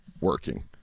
working